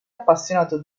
appassionato